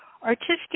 Artistic